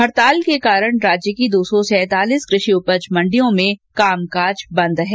हड़ताल के कारण राज्य की दो सौ सैंतालीस कृषि उपज मण्डियों में कामकाज बंद है